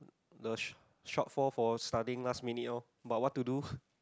the short shortfall for studying last minute oh but what to do